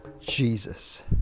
Jesus